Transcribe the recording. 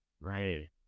right